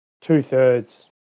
two-thirds